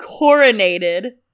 coronated